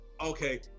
okay